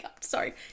Sorry